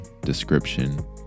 description